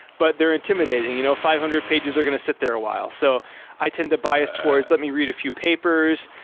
but they're intimidating. you know five hundred pages are going to sit there a while, so i tend to bias towards, let me read a few papers.